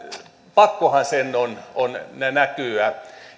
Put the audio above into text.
pakkohan sen on on näkyä